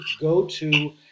go-to